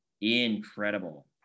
Incredible